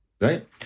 right